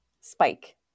Spike